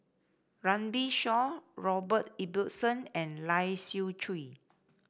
Runme Shaw Robert Ibbetson and Lai Siu Chiu